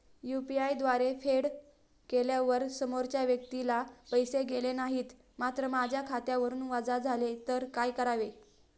UPI द्वारे फेड केल्यावर समोरच्या व्यक्तीला पैसे गेले नाहीत मात्र माझ्या खात्यावरून वजा झाले तर काय करावे?